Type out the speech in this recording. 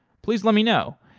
please let me know.